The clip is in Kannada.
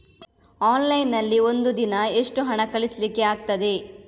ಆನ್ಲೈನ್ ನಲ್ಲಿ ಒಂದು ದಿನ ಎಷ್ಟು ಹಣ ಕಳಿಸ್ಲಿಕ್ಕೆ ಆಗ್ತದೆ?